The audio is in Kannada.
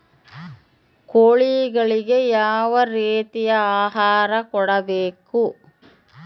ಕೋಳಿಗಳಿಗೆ ಯಾವ ರೇತಿಯ ಆಹಾರ ಕೊಡಬೇಕು?